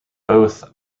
both